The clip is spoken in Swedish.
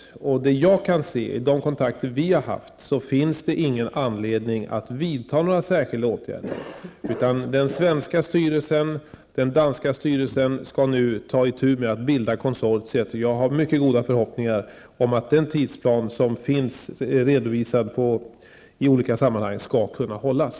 Enligt vad jag kan se i de kontakter som vi har med Danmark finns det ingen anledning att vidta några särskilda åtgärder. Den svenska styrelsen och den danska styrelsen skall nu bilda ett konsortium. Jag har mycket goda förhoppningar om att den tidsplan som redovisats i olika sammanhang skall kunna hållas.